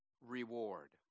Reward